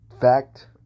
fact